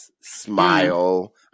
smile